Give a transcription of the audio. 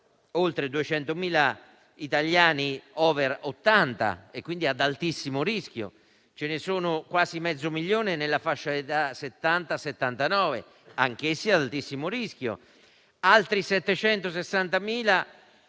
oltre 200.000 italiani over 80, quindi ad altissimo rischio, quasi mezzo milione nella fascia 70-79, anch'essi ad altissimo rischio; altri 760.000